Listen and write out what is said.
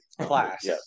class